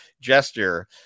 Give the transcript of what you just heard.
gesture